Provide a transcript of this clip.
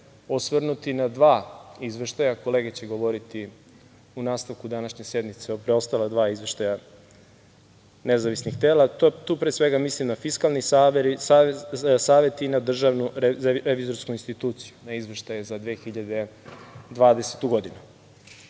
osvrnuti na dva izveštaja. Kolege će govoriti u nastavku današnje sednice o preostala dva izveštaja nezavisnih tela. Tu pre svega mislim na Fiskalni savet i na DRI, na izveštaje za 2020. godinu. Što